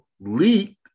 leaked